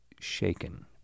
shaken